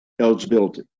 eligibility